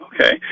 okay